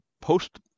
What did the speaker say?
post